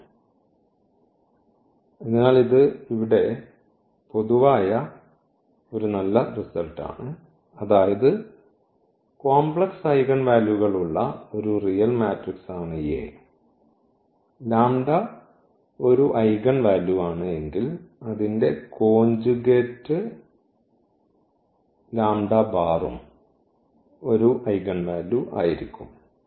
അതിനാൽ ഇത് ഇവിടെ പൊതുവായ ഒരു നല്ല റിസൾട്ട് ആണ് അതായത് കോംപ്ലക്സ് ഐഗൺ വാല്യൂകൾ ഉള്ള ഒരു റിയൽ മാട്രിക്സ് ആണ് A ഒരു ഐഗൻ വാല്യൂ ആണ് എങ്കിൽ അതിൻറെ കോഞ്ചുഗേറ്റ് ഉം ഒരു ഐഗൺ വാല്യൂ ആയിരിക്കും